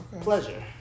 pleasure